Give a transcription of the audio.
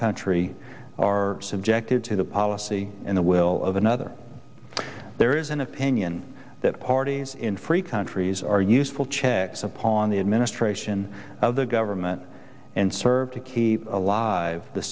country are subjected to the policy in the will of another there is an opinion that parties in free countries are useful checks upon the administration of the government and serve to keep alive the